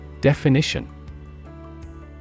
Definition